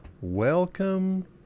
Welcome